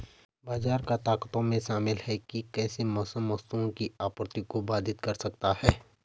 बाजार की ताकतों में शामिल हैं कि कैसे मौसम वस्तुओं की आपूर्ति को बाधित कर सकता है